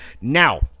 Now